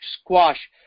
squash